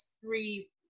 three